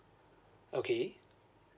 okay